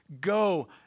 go